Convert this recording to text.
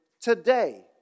today